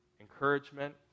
encouragement